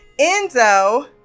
Enzo